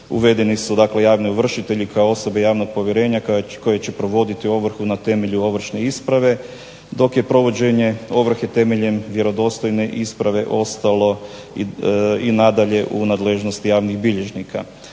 uvedeni su javni ovršitelji kao osobne javnog povjerenja koji će provoditi ovrhu na temelju ovršne isprave dok je provođenje ovrhe temeljem vjerodostojne isprave ostalo i nadalje u nadležnosti javnih bilježnika.